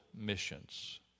missions